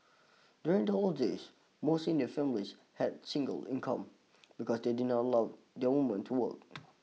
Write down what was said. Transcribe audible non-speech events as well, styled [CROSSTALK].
during the old days most Indian families had single income because they did not allow their women to work [NOISE]